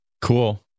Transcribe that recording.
Cool